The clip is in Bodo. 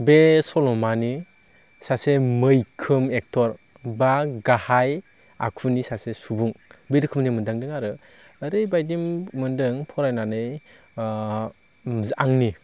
बे सल'मानि सासे मैखोम एक्टर बा गाहाय आखुनि सासे सुबुं बे रोखोमनि मोन्दांदों आरो ओरैबायदि मोन्दों फरायनानै मुं जा आंनि